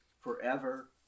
forever